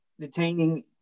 detaining